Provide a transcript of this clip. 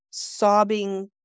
Sobbing